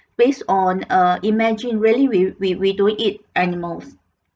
based on uh imagine really we we we don't eat animals